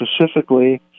specifically